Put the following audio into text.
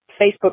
Facebook